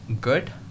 good